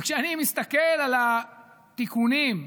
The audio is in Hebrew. וכשאני מסתכל על התיקונים,